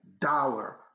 dollar